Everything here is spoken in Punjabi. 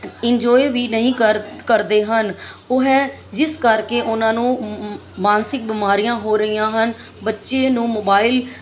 ਇੰਜੋਏ ਵੀ ਨਹੀਂ ਕਰ ਕਰਦੇ ਹਨ ਉਹ ਹੈ ਜਿਸ ਕਰਕੇ ਉਹਨਾਂ ਨੂੰ ਮਾਨਸਿਕ ਬਿਮਾਰੀਆਂ ਹੋ ਰਹੀਆਂ ਹਨ ਬੱਚੇ ਨੂੰ ਮੋਬਾਈਲ